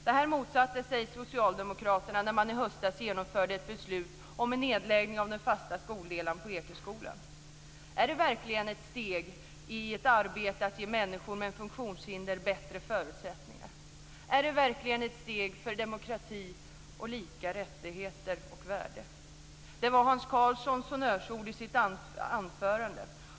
Detta motsatte sig socialdemokraterna när de i höstas genomförde ett beslut om en nedläggning av den fasta skoldelen på Ekeskolan. Är det verkligen ett steg i ett arbete att ge människor med funktionshinder bättre förutsättningar? Är det verkligen ett steg för demokrati och lika rättigheter och värde? Det var Hans Karlssons honnörsord i hans anförande.